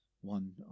one